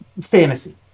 Fantasy